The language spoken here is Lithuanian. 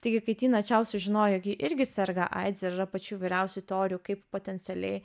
taigi kai tina čiau sužinojo jog ji irgi serga aids ir yra pačių įvairiausių teorijų kaip potencialiai